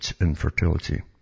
infertility